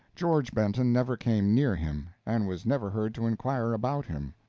george benton never came near him, and was never heard to inquire about him.